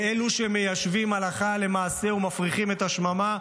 לאלו שמיישבים הלכה למעשה ומפריחים את השממה,